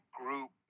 group